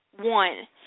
One